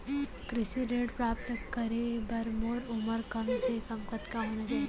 कृषि ऋण प्राप्त करे बर मोर उमर कम से कम कतका होना चाहि?